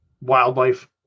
wildlife